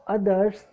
others